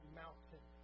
mountain